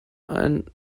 ein